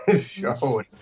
show